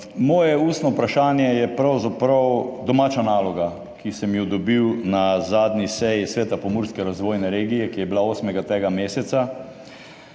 Moje ustno vprašanje je pravzaprav domača naloga, ki sem jo dobil na zadnji seji Sveta Pomurske razvojne regije, ki je bila osmega tega meseca.